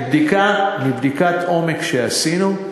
מבדיקת עומק שעשינו,